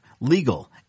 legal